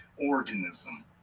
organism